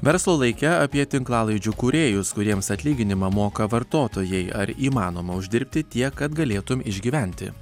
verslo laike apie tinklalaidžių kūrėjus kuriems atlyginimą moka vartotojai ar įmanoma uždirbti tiek kad galėtum išgyventi